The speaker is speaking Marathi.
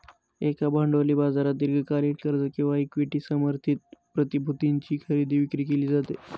एका भांडवली बाजारात दीर्घकालीन कर्ज किंवा इक्विटी समर्थित प्रतिभूतींची खरेदी विक्री केली जाते